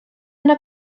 yno